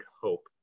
hope